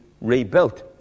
rebuilt